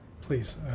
Please